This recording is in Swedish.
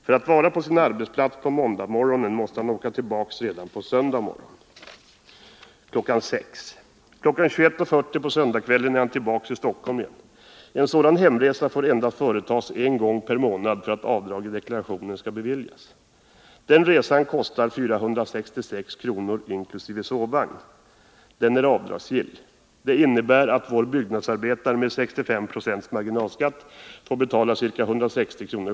För att vara på sin arbetsplats på måndagmorgonen måste han åka tillbaka redan på söndagsmorgonen kl. 6.00. Kl. 21.40 på söndagskvällen är han tillbaka i Stockholm igen. En sådan hemresa får företas endast en gång per månad för att avdrag i deklarationen skall beviljas. Den resan kostar 466 kr., inkl. sovvagn. Den är avdragsgill. Det innebär att vår byggnadsarbetare, med 65 96 marginalskatt, får betala ca 160 kr.